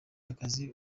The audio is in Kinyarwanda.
akazi